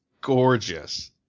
gorgeous